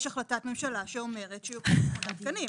יש החלטת ממשלה שאומרת שיהיו בו שמונה תקנים.